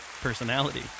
personality